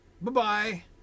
bye-bye